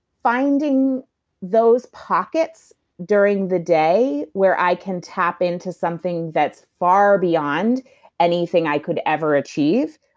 finding those pockets during the day where i can tap into something that's far beyond anything i could ever achieve,